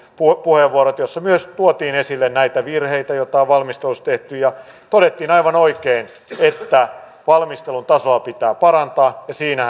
puheenvuorot joissa myös tuotiin esille näitä virheitä joita on valmistelussa tehty ja todettiin aivan oikein että valmistelun tasoa pitää parantaa ja